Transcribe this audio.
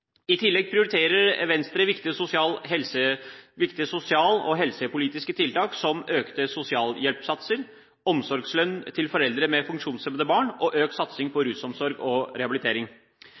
I tillegg prioriterer Venstre viktige sosial- og helsepolitiske tiltak som økte sosialhjelpssatser og omsorgslønn til foreldre med funksjonshemmede barn, og økt satsing på rusomsorg og rehabilitering.